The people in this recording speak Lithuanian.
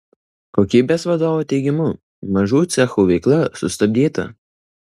kokybės vadovo teigimu mažų cechų veikla sustabdyta